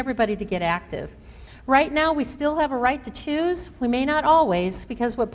everybody to get active right now we still have a right to choose we may not always because w